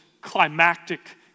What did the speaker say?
climactic